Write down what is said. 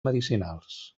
medicinals